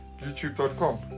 YouTube.com